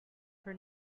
for